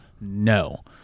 no